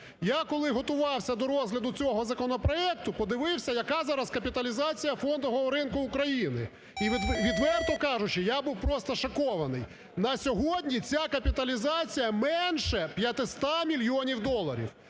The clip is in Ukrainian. Я коли готувався до розгляду цього законопроекту, подивився, яка зараз капіталізація фондового ринку України, і, відверто кажучи, я був просто шокований. На сьогодні ця капіталізація менше 500 мільйонів доларів.